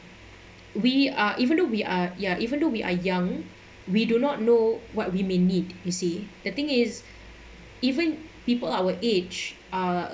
we are even though we are ya even though we are young we do not know what we may need you see the thing is even people our age are